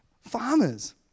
Farmers